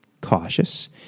cautious